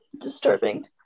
disturbing